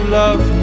love